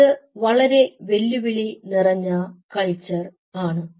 ഇത് വളരെ വെല്ലുവിളി നിറഞ്ഞ കൾച്ചർ ആണ്